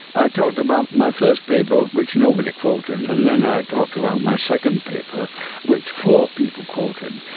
i talked about my first paper, which nobody quoted, and then i talked about my second paper which four people quoted.